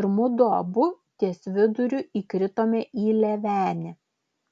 ir mudu abu ties viduriu įkritome į lėvenį